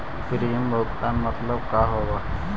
Premium भुगतान मतलब का होव हइ?